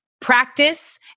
practice